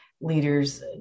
leaders